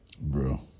bro